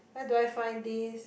where do I find this